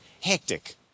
Hectic